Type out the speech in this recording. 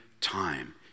time